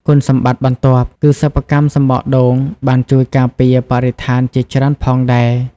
គុណសម្បត្តិបន្ទាប់គឺ សិប្បកម្មសំបកដូង បានជួយការពារបរិស្ថានជាច្រើនផងដែរ។